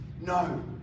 No